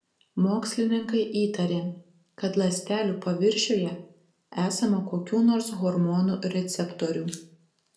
mokslininkai įtarė kad ląstelių paviršiuje esama kokių nors hormonų receptorių